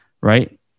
Right